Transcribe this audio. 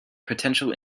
potential